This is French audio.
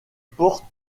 porte